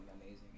amazing